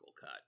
cut